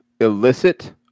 illicit